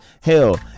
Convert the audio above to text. hell